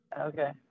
Okay